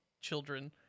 children